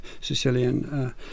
Sicilian